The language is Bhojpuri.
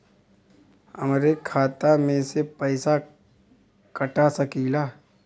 हमरे खाता में से पैसा कटा सकी ला?